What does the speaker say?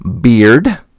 beard